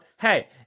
hey